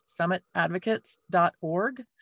summitadvocates.org